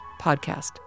podcast